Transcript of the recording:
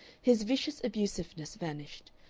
his vicious abusiveness vanished.